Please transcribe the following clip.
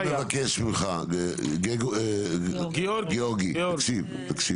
אני מבקש ממך גאורגי, תקשיב.